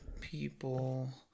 people